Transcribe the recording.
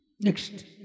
Next